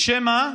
בשם מה?